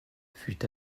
fut